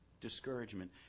discouragement